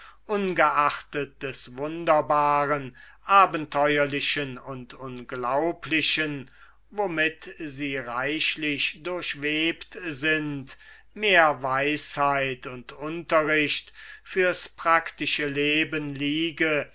ungeachtet des wunderbaren abenteuerlichen und unglaublichen womit sie so reichlich durchwebt sind daß eine amme märchen genug um ihr kind in schlaf zu singen daraus machen konnte mehr weisheit und unterricht fürs praktische leben liege